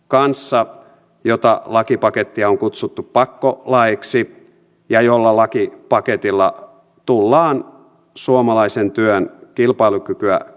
kanssa jota lakipakettia on kutsuttu pakkolaeiksi ja jolla lakipaketilla tullaan suomalaisen työn kilpailukykyä